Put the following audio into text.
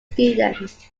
students